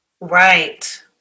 Right